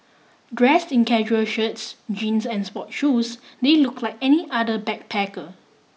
dressed in casual shirts jeans and sports shoes they looked like any other backpacker